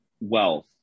wealth